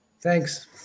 Thanks